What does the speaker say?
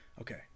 okay